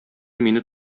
мине